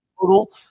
total